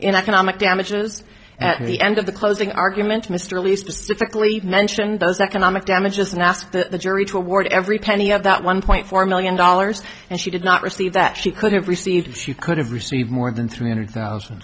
in economic damages at the end of the closing argument mr least likely mentioned those economic damages and asked the jury to award every penny of that one point four million dollars and she did not receive that she could have received she could have received more than three hundred thousand